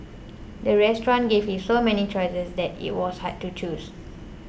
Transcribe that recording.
the restaurant gave it so many choices that it was hard to choose